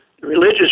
religious